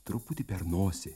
truputį per nosį